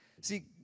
See